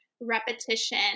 Repetition